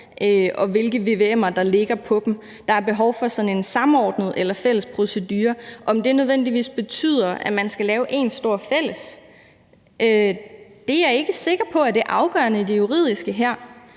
og hvilke vvm'er der ligger om dem. Der er behov for sådan en samordnet eller fælles procedure. Om det nødvendigvis betyder, at man skal lave én stor fælles vvm-redegørelse, er jeg ikke sikker på er det afgørende i det juridiske her,